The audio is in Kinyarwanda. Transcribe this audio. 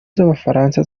z’abafaransa